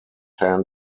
hand